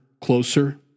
closer